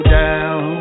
down